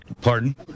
Pardon